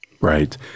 Right